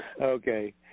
Okay